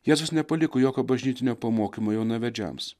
jėzus nepaliko jokio bažnytinio pamokymo jaunavedžiams